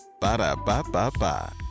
Ba-da-ba-ba-ba